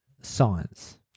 Science